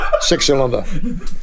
six-cylinder